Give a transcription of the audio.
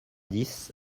dix